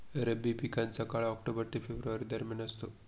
रब्बी पिकांचा काळ ऑक्टोबर ते फेब्रुवारी दरम्यान असतो